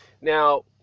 Now